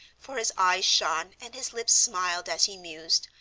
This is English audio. for his eyes shone and his lips smiled as he mused,